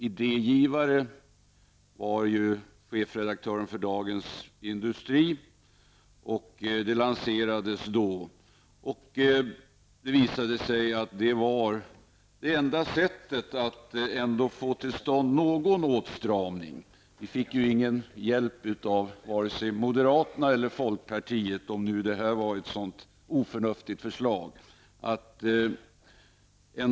Idégivare var chefredaktören för Dagens Industri. Det visade sig då att sparandet var det enda sättet att få till stånd någon åtstramning. Vi fick ju ingen hjälp av vare sig moderaterna eller folkpartiet att ändå göra den nödvändiga åtstramningen.